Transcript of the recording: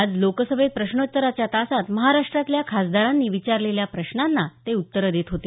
आज लोकसभेत प्रश्नोत्तराच्या तासात महाराष्ट्रातल्या खासदारांनी विचारलेल्या प्रश्नांना ते उत्तर देत होते